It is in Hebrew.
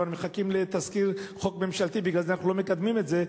אנחנו מחכים לתזכיר חוק ממשלתי ובגלל זה אנחנו לא מקדמים את זה,